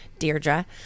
Deirdre